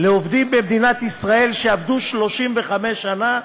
לעובדים במדינת ישראל שעבדו 35 שנה,